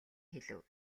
хэлэв